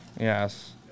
Yes